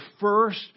first